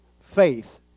faith